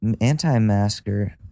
anti-masker